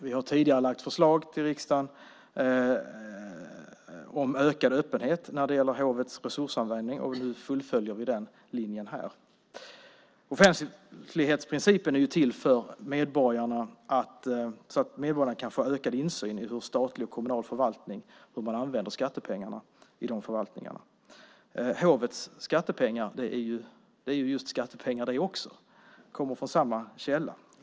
Vi har tidigare lagt fram förslag i riksdagen om ökad öppenhet när det gäller hovets resursanvändning, och nu fullföljer vi den linjen här. Offentlighetsprincipen är till för att medborgarna ska få ökad insyn i hur statlig och kommunal förvaltning använder skattepengarna. Hovets skattepengar kommer från samma källa.